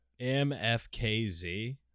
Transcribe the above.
MFKZ